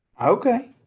Okay